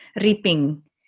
reaping